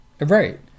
Right